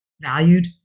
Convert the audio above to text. valued